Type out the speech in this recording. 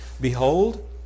Behold